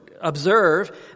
observe